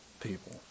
people